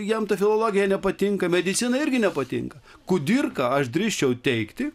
jam ta filologija nepatinka medicina irgi nepatinka kudirka aš drįsčiau teigti